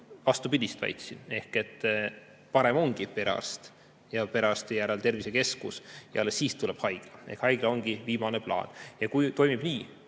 vastupidist väitsin, ehk et kõige parem ongi perearst ja perearsti järel tervisekeskus ja alles siis tuleb haigla. Haigla ongi viimane plaan. Kui toimub nii,